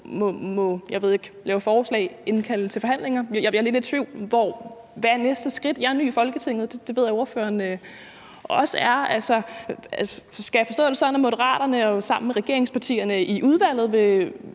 lave forslag, indkalde til forhandlinger – jeg er lidt i tvivl. Hvad er næste skridt? Jeg er ny i Folketinget. Det ved jeg at ordføreren også er. Skal jeg forstå det sådan, at Moderaterne sammen med Folketingets partier i udvalget vil